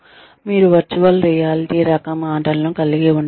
మీరు virtual reality రకం ఆటలను కలిగి ఉండవచ్చు